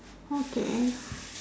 okay